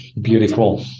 Beautiful